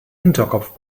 hinterkopf